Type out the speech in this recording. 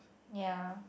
ya